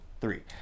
three